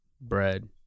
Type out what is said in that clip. bread